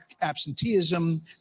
absenteeism